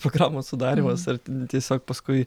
programos sudarymas ir tiesiog paskui